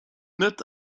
note